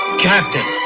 captain.